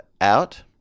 out